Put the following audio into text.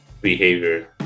behavior